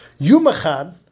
Yumachan